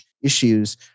issues